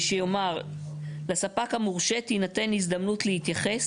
שיאמר "לספק המורשה תינתק הזדמנות להתייחס